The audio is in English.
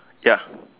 ya